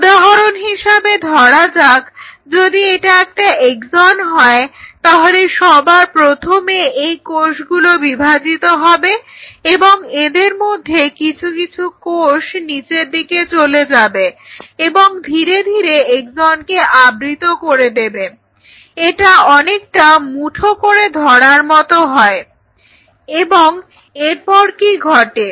উদাহরন হিসাবে ধরা যাক যদি এটা একটা এক্সন হয় তাহলে সবার প্রথমে এই কোষগুলো বিভাজিত হবে এবং এদের মধ্যে কিছু কিছু কোষ নিচের দিকে চলে যাবে এবং ধীরে ধীরে এক্সনকে আবৃত করে দেবে এটা অনেকটা মুঠো করে ধরার মতো হয় এবং এরপর কি ঘটে